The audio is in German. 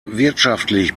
wirtschaftlich